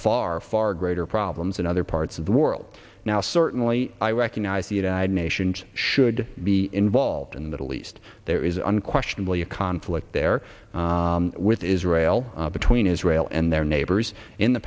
far far greater problems in other parts of the world now certainly i recognize the united nations should be involved in the middle east there is an questionably a conflict there with israel between israel and their neighbors in the